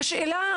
והשאלה,